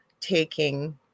taking